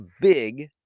big